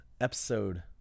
episode